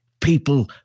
People